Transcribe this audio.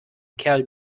kerl